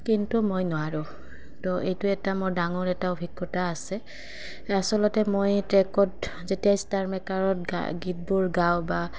কিন্তু মই নোৱাৰোঁ তো এইটো এটা মোৰ ডাঙৰ এটা অভিজ্ঞতা আছে আচলতে মই ট্ৰেকত যেতিয়া ষ্টাৰ মেকাৰত গা গীতবোৰ গাওঁ বা